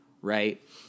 right